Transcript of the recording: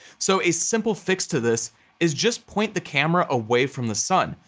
so a simple fix to this is just point the camera away from the sun.